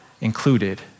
included